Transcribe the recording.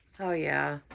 oh yeah,